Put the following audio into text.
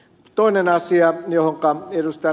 toinen asia josta ed